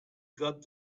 got